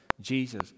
Jesus